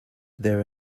there